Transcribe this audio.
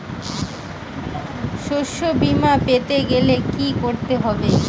শষ্যবীমা পেতে গেলে কি করতে হবে?